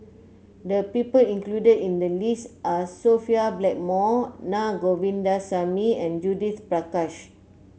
the people included in the list are Sophia Blackmore Naa Govindasamy and Judith Prakash